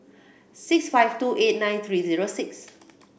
six five two eight nine three zero six